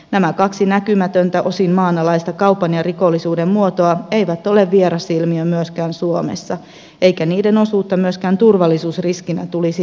nämä kaksi näkymätöntä osin maanalaista kaupan ja rikollisuuden muotoa eivät ole vieras ilmiö myöskään suomessa eikä niiden osuutta myöskään turvallisuusriskinä tulisi vähätellä